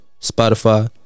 Spotify